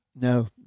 No